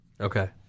Okay